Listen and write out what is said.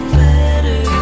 better